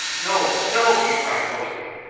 no, no, he cried hoarsely.